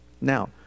now